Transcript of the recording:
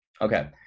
okay